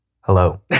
Hello